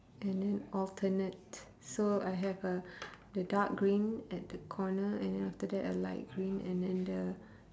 and then alternate so I have a the dark green at the corner and then after that a light green and then the